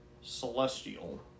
celestial